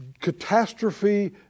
catastrophe